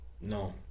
No